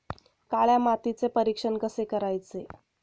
काळ्या मातीचे परीक्षण कसे करायचे?